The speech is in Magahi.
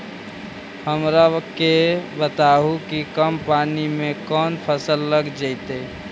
हमरा के बताहु कि कम पानी में कौन फसल लग जैतइ?